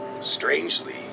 Strangely